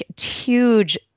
huge